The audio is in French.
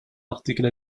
article